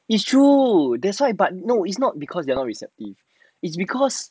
it's true that's why but no it's not because they are not receptive is because